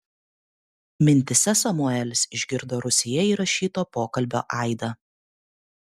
mintyse samuelis išgirdo rūsyje įrašyto pokalbio aidą